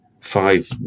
five